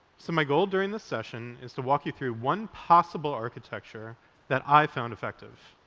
so my goal during this session is to walk you through one possible architecture that i found effective.